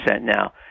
now